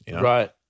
Right